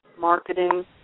marketing